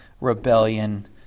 rebellion